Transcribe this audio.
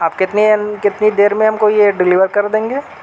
آپ کتنے این کتنی دیر میں ہم کو یہ ڈیلیور کر دیں گے